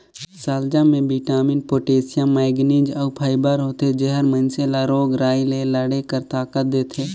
सलजम में vitamin, potassium, manganese अउ फाइबर होथे जेहर मइनसे ल रोग राई ले लड़े कर ताकत देथे